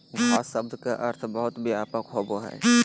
घास शब्द के अर्थ बहुत व्यापक होबो हइ